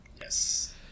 Yes